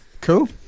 Cool